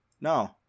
No